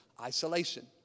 Isolation